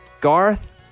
Garth